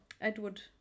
Edward